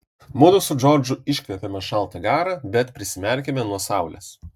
mudu su džordžu iškvepiame šaltą garą bet prisimerkiame nuo saulės